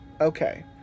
okay